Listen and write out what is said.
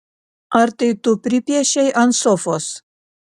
ar tai tu pripiešei ant sofos